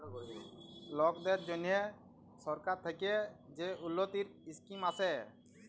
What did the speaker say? লকদের জ্যনহে সরকার থ্যাকে যে উল্ল্যতির ইসকিম আসে